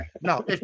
No